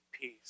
peace